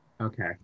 Okay